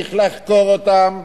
צריך לחקור אותן.